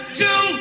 two